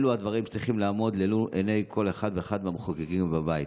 אלו הדברים שצריכים לעמוד מול עיני כל אחד ואחד מהמחוקקים בבית.